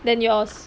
than yours